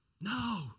No